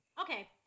Okay